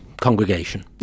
Congregation